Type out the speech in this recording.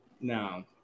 No